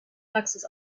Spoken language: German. praxis